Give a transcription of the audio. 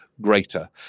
greater